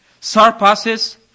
surpasses